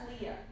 Leah